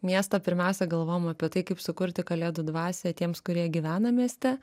miesto pirmiausia galvojam apie tai kaip sukurti kalėdų dvasią tiems kurie gyvena mieste